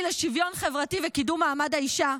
לשוויון חברתי וקידום מעמד האישה,